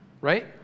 right